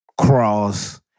cross